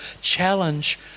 challenge